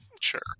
Sure